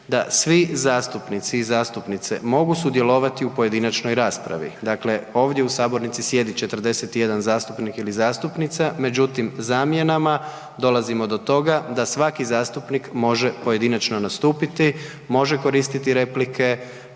da svi zastupnici i zastupnice mogu sudjelovati u pojedinačnoj raspravi. Dakle, ovdje u sabornici sjedi 41 zastupnik ili zastupnica međutim zamjenama dolazimo do toga da svaki zastupnik može pojedinačno nastupiti, može koristiti replike,